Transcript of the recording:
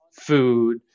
food